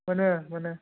मोनो मोनो